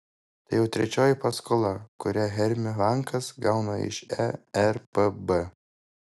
tai jau trečioji paskola kurią hermio bankas gauna iš erpb